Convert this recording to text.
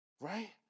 right